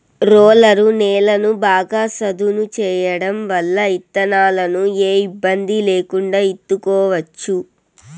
roller నేలను బాగా సదును చేయడం వల్ల ఇత్తనాలను ఏ ఇబ్బంది లేకుండా ఇత్తుకోవచ్చు